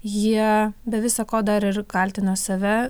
jie be visa ko dar ir kaltino save